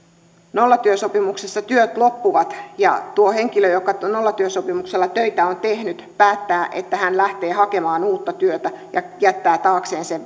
nollatyösopimuksessa työt loppuvat ja tuo henkilö joka nollatyösopimuksella töitä on tehnyt päättää että hän lähtee hakemaan uutta työtä ja jättää taakseen sen